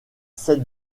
sept